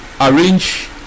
arrange